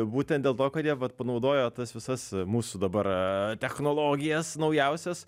būtent dėl to kad jie vat panaudojo tas visas mūsų dabar technologijas naujausias